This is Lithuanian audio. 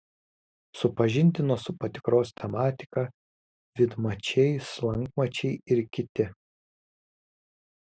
supažindino su patikros tematika vidmačiai slankmačiai ir kiti